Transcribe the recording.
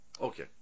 Okay